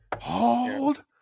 Hold